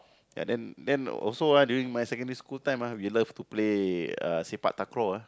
ya then then also ah during my secondary school time ah we love to play uh sepak takraw ah